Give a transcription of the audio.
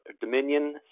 Dominion